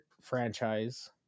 franchise